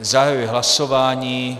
Zahajuji hlasování.